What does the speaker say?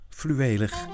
fluwelig